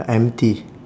empty